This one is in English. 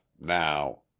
now